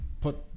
put